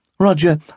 Roger